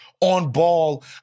on-ball